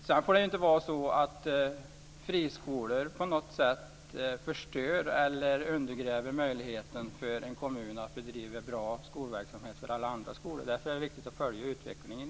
Sedan får inte friskolor på något sätt undergräva möjligheten för en kommun att bedriva bra skolverksamhet vid alla andra skolor. Därför är det viktigt att man följer utvecklingen.